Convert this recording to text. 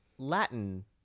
Latin